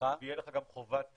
חובת